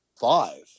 five